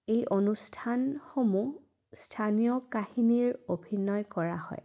এই অনুষ্ঠানসমূহ স্থানীয় কাহিনীৰ অভিনয় কৰা হয়